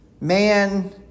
man